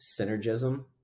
synergism